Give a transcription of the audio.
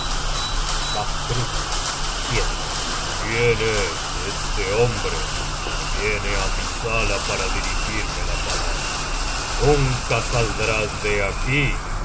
vafthrudner quién es este hombre que viene á mi sala para dirigirme la palabra nunca saldrás de aquí